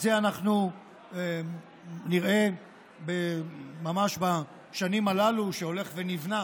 את זה אנחנו נראה ממש בשנים הללו שבהן הולך ונבנה